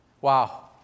Wow